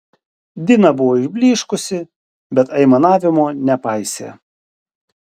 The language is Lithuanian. dina buvo išblyškusi bet aimanavimo nepaisė